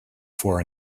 for